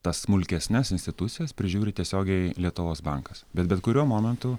tas smulkesnes institucijos prižiūri tiesiogiai lietuvos bankas bet bet kuriuo momentu